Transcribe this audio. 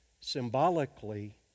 Symbolically